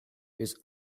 his